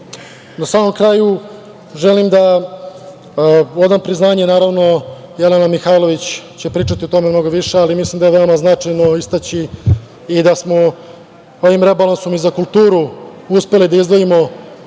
na samom kraju, želim da odam priznanje, naravno, Jelena Mihailović će pričati o tome mnogo više, ali veoma je značajno istaći i da smo ovim rebalansom i za kulturu uspeli da izdvojimo